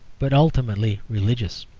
but ultimately religious.